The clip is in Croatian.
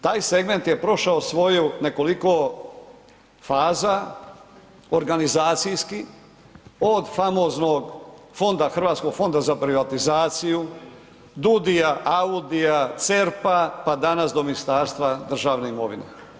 Taj segment je prošao svoju nekoliko faza organizacijskih, od famoznog fonda Hrvatskog fonda za privatizaciju, DUDIA, AUDIA, CERP-a pa danas do Ministarstva državne imovine.